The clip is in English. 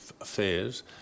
affairs